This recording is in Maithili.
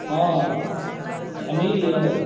हँ समीर औ